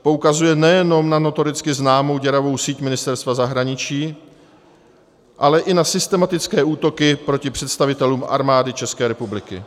Poukazuje nejenom na notoricky známou děravou síť Ministerstva zahraničí, ale i na systematické útoky proti představitelům Armády České republiky.